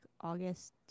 August